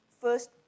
first